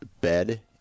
bed